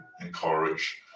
encourage